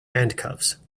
handcuffs